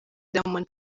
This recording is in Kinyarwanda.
diamond